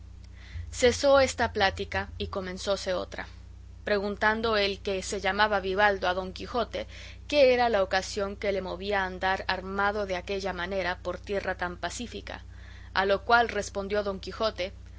cesó esta plática y comenzóse otra preguntando el que se llamaba vivaldo a don quijote qué era la ocasión que le movía a andar armado de aquella manera por tierra tan pacífica a lo cual respondió don quijote